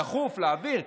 דחוף להעביר.